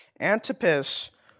Antipas